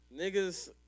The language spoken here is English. Niggas